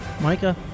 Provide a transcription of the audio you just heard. Micah